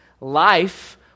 life